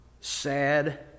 sad